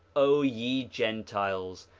o ye gentiles,